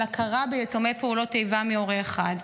הכרה ביתומי פעולות איבה מהורה אחד.